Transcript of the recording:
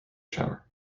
shower